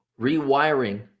rewiring